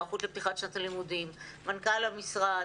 היערכות לפתיחת שנת הלימודים מנכ"ל המשרד,